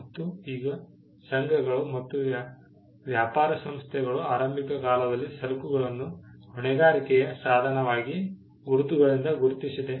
ಮತ್ತು ಈಗ ಸಂಘಗಳು ಮತ್ತು ವ್ಯಾಪಾರ ಸಂಸ್ಥೆಗಳು ಆರಂಭಿಕ ಕಾಲದಲ್ಲಿ ಸರಕುಗಳನ್ನು ಹೊಣೆಗಾರಿಕೆಯ ಸಾಧನವಾಗಿ ಗುರುತುಗಳಿಂದ ಗುರುತಿಸಿದೆ